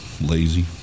lazy